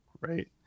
Right